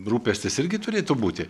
rūpestis irgi turėtų būti